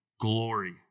glory